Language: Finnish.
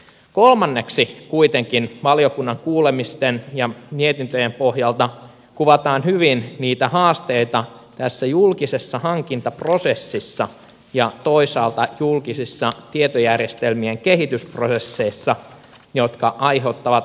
kolmanneksi kuitenkin valiokunnan kuulemisten ja mietintöjen pohjalta kuvataan hyvin niitä haasteita tässä julkisessa hankintaprosessissa ja toisaalta julkisissa tietojärjestelmien kehitysprosesseissa jotka aiheuttavat haasteita